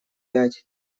пять